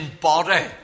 body